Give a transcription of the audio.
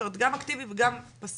זאת אומרת, גם אקטיבי וגם פאסיבי.